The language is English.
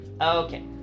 Okay